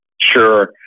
Sure